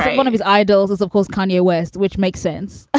one of his idols is, of course, kanye west, which makes sense.